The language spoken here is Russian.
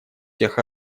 тех